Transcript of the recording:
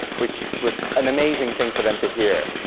which was an amazing thing for them to hear.